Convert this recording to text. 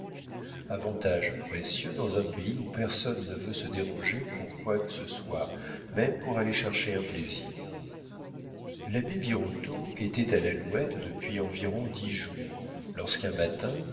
avantage précieux dans un pays où personne ne veut se déranger pour quoi que ce soit même pour aller chercher un plaisir l'abbé birotteau était à l'alouette depuis environ dix jours lorsqu'un matin